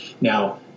Now